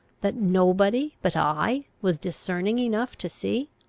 that nobody but i was discerning enough to see?